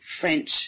French